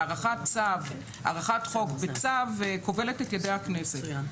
והארכת חוק בצו כובלת את ידי הכנסת.